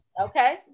Okay